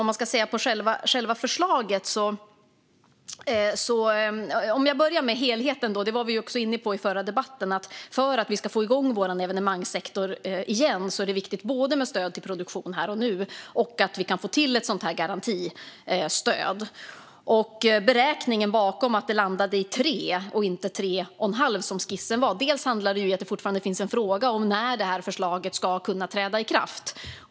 Så till själva förslaget. För att få igång vår evenemangssektor igen är det viktigt både med stöd till produktion här och nu och att vi kan få till ett garantistöd. Beräkningen bakom att det landade i 3 och inte 3 1⁄2, som skissen var, handlar dels om att det fortfarande finns en fråga om när detta förslag ska kunna träda i kraft.